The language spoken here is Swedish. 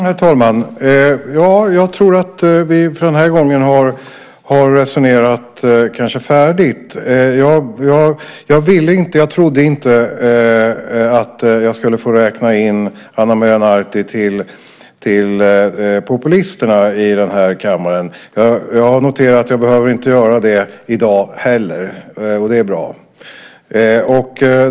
Herr talman! Jag tror att vi för den här gången har resonerat färdigt. Jag trodde inte att jag skulle få räkna in Ana Maria Narti bland populisterna i den här kammaren, och jag ville inte det. Nu har jag noterat att jag inte behöver göra det i dag heller, och det är bra.